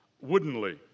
woodenly